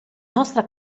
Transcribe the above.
nostra